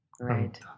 Right